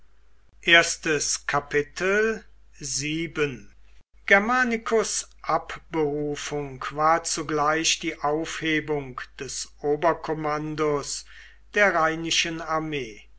germanicus abberufung war zugleich die aufhebung des oberkommandos der rheinischen armee